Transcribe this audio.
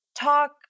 talk